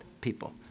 people